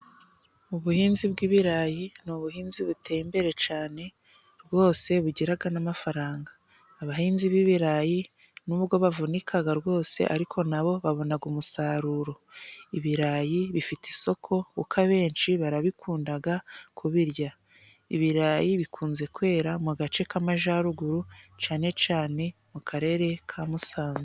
Ubuhinzi bw'ibirayi ni ubuhinzi buteye imbere cane rwose bugiraga n'amafaranga abahinzi b'ibirayi nubwo bavunikaga rwose ariko nabo babonaga umusaruro. Ibirayi bifite isoko kuko abenshi barabikundaga kubirya. Ibirayi bikunze kwera mu gace k'amajaruguru cane cane mu karere ka Musanze.